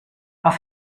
auf